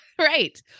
Right